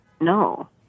No